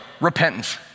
repentance